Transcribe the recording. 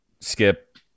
skip